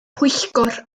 pwyllgor